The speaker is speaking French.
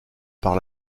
par